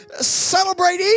celebrate